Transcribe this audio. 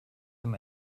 dem